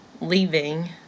leaving